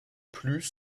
plus